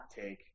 take